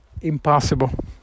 impossible